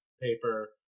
paper